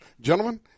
Gentlemen